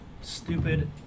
Stupid